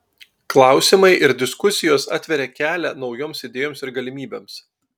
klausimai ir diskusijos atveria kelią naujoms idėjoms ir galimybėms